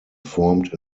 formed